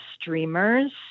streamers